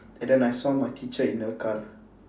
and then I saw my teacher in the car